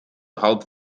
halb